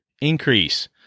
Increase